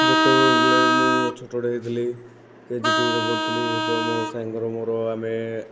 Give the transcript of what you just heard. ଯେତେବେଳେ ମୁଁ ଛୋଟଟିଏ ଥିଲି କେଜି ଟୁରେ ପଢ଼ୁଥିଲି ସେତେବେଳେ ମୁଁ ସାଙ୍ଗର ମୋର ଆମେ